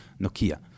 Nokia